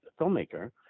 filmmaker